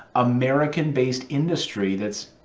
american-based industry that's